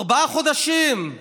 ארבעה חודשים.